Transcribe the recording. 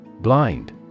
Blind